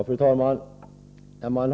Fru talman!